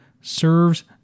serves